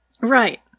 Right